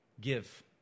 Give